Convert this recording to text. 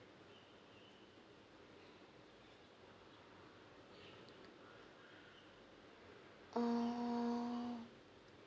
err